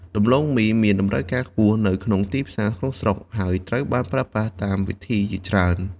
ដំឡូងមីមានតម្រូវការខ្ពស់នៅក្នុងទីផ្សារក្នុងស្រុក ហើយត្រូវបានប្រើប្រាស់តាមវិធីជាច្រើន។